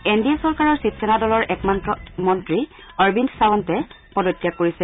N D A চৰকাৰৰ শিবসেনা দলৰ একমাত্ৰ মন্ত্ৰী অৰবিন্দ সাৱন্তে পদত্যাগ কৰিছে